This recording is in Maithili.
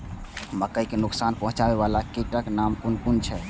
मके के नुकसान पहुँचावे वाला कीटक नाम कुन कुन छै?